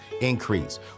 Increase